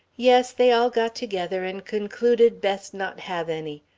yes, they all got together and concluded best not have any.